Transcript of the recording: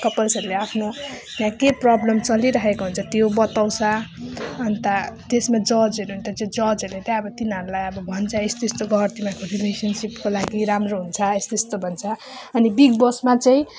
कपल्सहरूले आफ्नो त्यहाँ के प्रब्लम चलिरहेको हुन्छ त्यो बताउँछ अन्त त्यसमा जजहरू हुन्छ त्यो जजहरूले त्यहाँ अब तिनीहरूलाई भन्छ यस्तो यस्तो गर तिमीहरूको रिलेसनसिपको लागि राम्रो हुन्छ यस्तो यस्तो भन्छ अनि बिग बोसमा चाहिँ